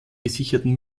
gesicherten